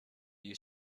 you